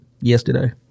yesterday